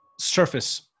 surface